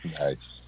Nice